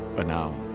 but now,